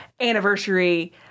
anniversary